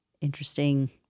interesting